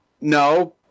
No